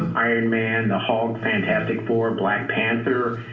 iron man, the hulk, fantastic four, black panther.